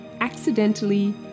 accidentally